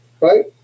right